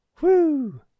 Woo